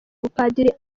ubupadiri